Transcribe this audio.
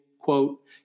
quote